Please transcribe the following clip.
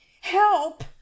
help